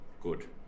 good